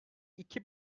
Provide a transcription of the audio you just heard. iki